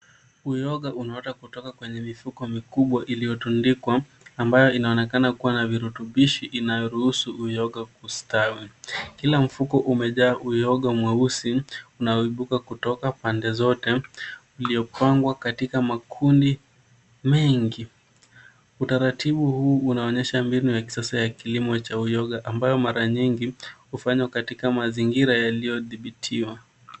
Uyoga unaota kutoka kwenye mifuko mikubwa iliyotundikwa ambayo inaonekana kuwa na virutubishi inayoruhusu uyoga kustawi. Kila mfuko umejaa uyoga mweusi na unayohibuka kutoka pande zote iliyokongwa katika makundi mengi. Utaratibu huu unaonyesha mbinu ya kisasa ya kilimo cha uyoga ambayo mara nyingi hufanywa katika mazingira yaliyothibitiwa.